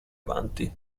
avanti